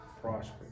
prosper